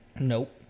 Nope